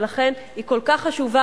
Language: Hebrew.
ולכן היא כל כך חשובה,